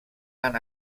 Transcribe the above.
han